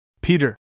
Peter